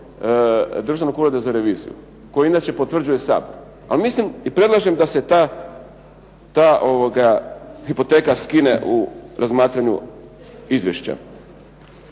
Državnog ureda za reviziju koji inače potvrđuje Sabor, ali mislim i predlažem da se ta hipoteka skine u razmatranju izvješća.